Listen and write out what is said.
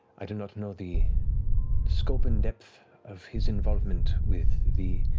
i do not know the scope and depth of his involvement with the